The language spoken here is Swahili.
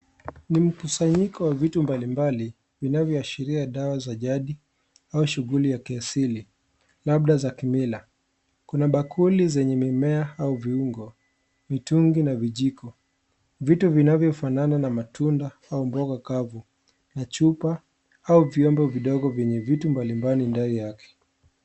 Ni mkusanyiko wa vitu mbalimbali vinavyoashiria dawa za jadi au shughuli ya kiasili, labda za kimila. Kuna bakuli zenye mimea au viungo, vitungi na vijiko, vitu vinavofanana na matunda au mboga kavu na chupa au vyombo vidogo vyenye vitu mbalimbali ndani yake.